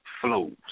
flows